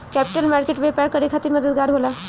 capital market व्यापार करे खातिर मददगार होला